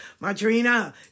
Madrina